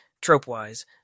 trope-wise